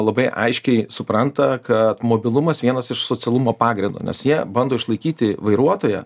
labai aiškiai supranta kad mobilumas vienas iš socialumo pagrindų nes jie bando išlaikyti vairuotoją